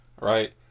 right